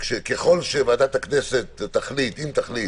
ככל שוועדת הכנסת תחליט, אם תחליט,